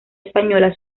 española